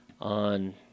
on